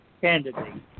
Candidate